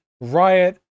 riot